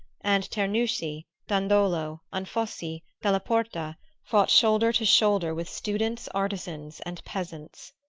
and cernuschi, dandolo, anfossi, della porta fought shoulder to shoulder with students, artisans and peasants.